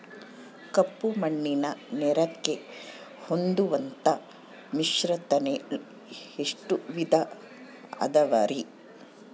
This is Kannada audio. ಕಪ್ಪುಮಣ್ಣಿನ ನೆಲಕ್ಕೆ ಹೊಂದುವಂಥ ಮಿಶ್ರತಳಿ ಎಷ್ಟು ವಿಧ ಅದವರಿ?